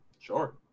sure